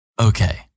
okay